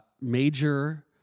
major